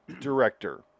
director